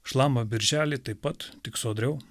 šlama birželiai taip pat tik sodriau